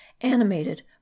animated